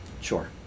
Sure